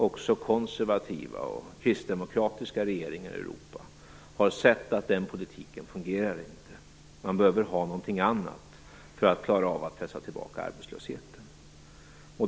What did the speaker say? Också konservativa och kristdemokratiska regeringar i Europa har sett att den politiken inte fungerar. Man behöver ha någonting annat för att klara av att pressa tillbaka arbetslösheten.